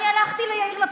אני הלכתי ליאיר לפיד,